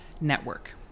network